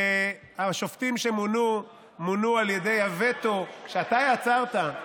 והשופטים שמונו מונו על ידי הווטו שאתה יצרת,